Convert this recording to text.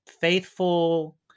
faithful